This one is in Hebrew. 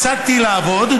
הפסקתי לעבוד,